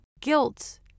guilt